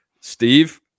Steve